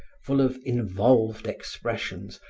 full of involved expressions,